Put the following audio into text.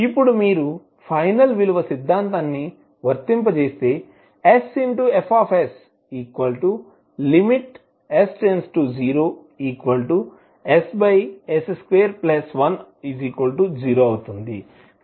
ఇప్పుడు మీరు ఫైనల్ విలువ సిద్ధాంతాన్ని వర్తింపజేస్తే sFs s→0ss210 అవుతుంది